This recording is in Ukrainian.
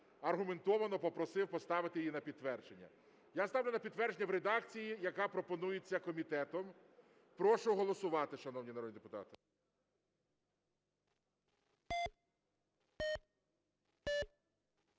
аргументовано попросив поставити її на підтвердження. Я ставлю на підтвердження в редакції, яка пропонується комітетом. Прошу голосувати, шановні народні депутати.